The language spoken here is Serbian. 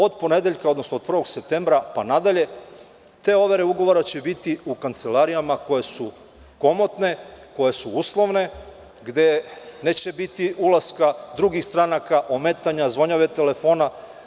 Od ponedeljka, odnosno od 1. septembra pa nadalje te overe ugovora će biti u kancelarijama koje su komotne, koje su uslovne, gde neće biti ulaska drugih stranaka, ometanja, zvonjave telefona.